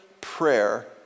prayer